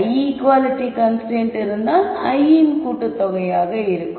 I equality கன்ஸ்ரைன்ட்கள் இருந்தால் l இன் கூட்டுத்தொகையாக இருக்கும்